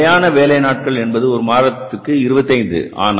நமது நிலையான வேலை நாட்கள் என்பது ஒரு மாதத்திற்கு 25